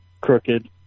crooked